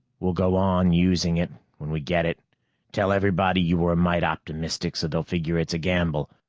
we'll go on using it when we get it tell everybody you were a mite optimistic, so they'll figure it's a gamble,